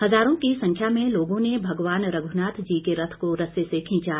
हजारों की संख्या में लोगों ने भगवान रघुनाथ जी के रथ को रस्से से खींचा